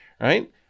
Right